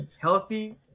healthy